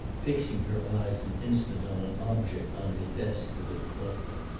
fixing her eyes an instant on an object on his desk that had caught them.